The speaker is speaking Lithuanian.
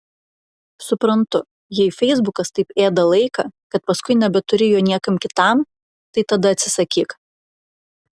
suprantu jei feisbukas taip ėda laiką kad paskui nebeturi jo niekam kitam tai tada atsisakyk